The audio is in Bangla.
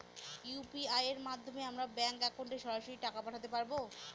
ইউ.পি.আই এর মাধ্যমে আমরা ব্যাঙ্ক একাউন্টে সরাসরি টাকা পাঠাতে পারবো?